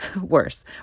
worse